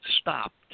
stopped